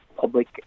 public